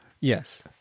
Yes